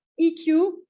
EQ